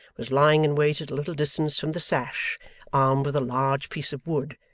was lying in wait at a little distance from the sash armed with a large piece of wood,